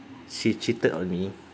she cheated on me